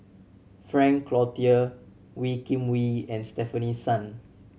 Frank Cloutier Wee Kim Wee and Stefanie Sun